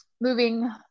Moving